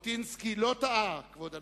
ז'בוטינסקי לא טעה, כבוד הנשיא,